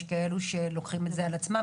יש כאלו שלוקחים את זה על עצמם,